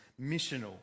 missional